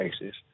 basis